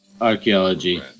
archaeology